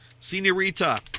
Senorita